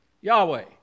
Yahweh